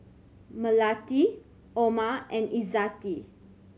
Melati Omar and Izzati